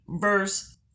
verse